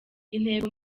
intego